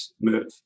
move